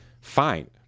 Fine